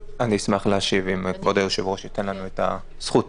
אשמח להשיב אם כבוד היושב-ראש ייתן לנו את הזכות.